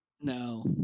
no